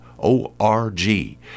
O-R-G